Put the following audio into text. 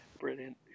Brilliant